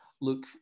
look